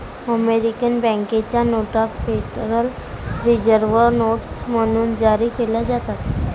American बँकेच्या नोटा Federal Reserve notes म्हणून जारी केल्या जातात